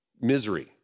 misery